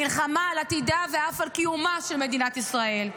מלחמה על עתידה ואף על קיומה של מדינת ישראל,